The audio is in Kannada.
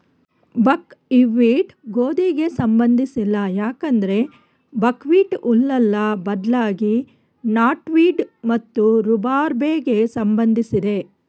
ಬಕ್ ಹ್ವೀಟ್ ಗೋಧಿಗೆ ಸಂಬಂಧಿಸಿಲ್ಲ ಯಾಕಂದ್ರೆ ಬಕ್ಹ್ವೀಟ್ ಹುಲ್ಲಲ್ಲ ಬದ್ಲಾಗಿ ನಾಟ್ವೀಡ್ ಮತ್ತು ರೂಬಾರ್ಬೆಗೆ ಸಂಬಂಧಿಸಿದೆ